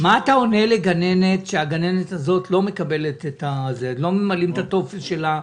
מה אתה עונה לגננת שלא ממלאים את הטופס שלה?